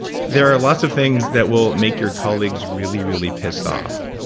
there are lots of things that will make your colleagues really, really pissed off